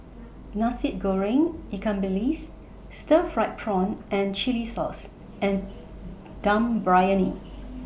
Nasi Goreng Ikan Bilis Stir Fried Prawn and Chili Sauce and Dum Briyani